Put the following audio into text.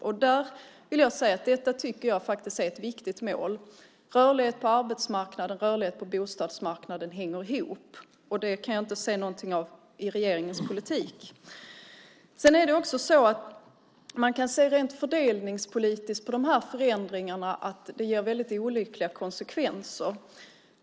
Jag tycker att detta är ett viktigt mål. Rörlighet på arbetsmarknaden och rörlighet på bostadsmarknaden hänger ihop. Det kan jag inte se någonting av i regeringens politik. Man kan se att de här förändringarna rent fördelningspolitiskt får olyckliga konsekvenser.